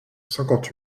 cinquante